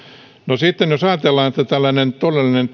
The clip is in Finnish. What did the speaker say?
jos sitten ajatellaan että tällainen todellinen